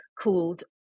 called